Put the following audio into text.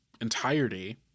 entirety